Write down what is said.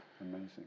Amazing